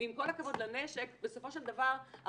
ועם כל הכבוד לנשק, בסופו של דבר הרצח